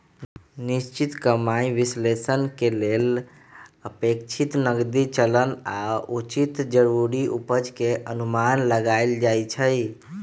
निश्चित कमाइ विश्लेषण के लेल अपेक्षित नकदी चलन आऽ उचित जरूरी उपज के अनुमान लगाएल जाइ छइ